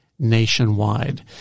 nationwide